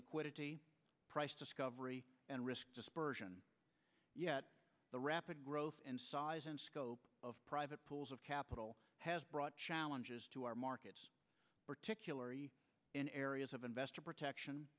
liquidity price discovery and risk dispersion yet the rapid growth in size and scope of private pools of capital has brought challenges to our markets particularly in areas of investor protection